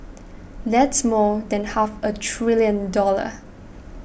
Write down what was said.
that's more than half a trillion dollars